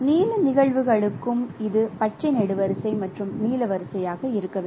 நீல நிகழ்வுகளுக்கும் இது பச்சை நெடுவரிசை மற்றும் நீல வரிசையாக இருக்க வேண்டும்